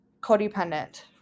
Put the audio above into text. Codependent